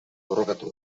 borrokatu